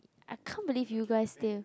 I can't believe you guys stay